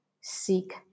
seek